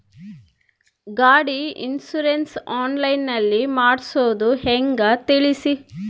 ಗಾಡಿ insurance online ನಲ್ಲಿ ಮಾಡ್ಸೋದು ಹೆಂಗ ತಿಳಿಸಿ?